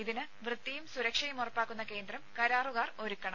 ഇതിന് വൃത്തിയും സുരക്ഷയും ഉറപ്പാക്കുന്ന കേന്ദ്രം കരാറുകാർ ഒരുക്കണം